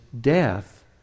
death